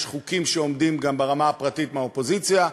גם חוקים שעומדים ברמה הפרטית מהאופוזיציה,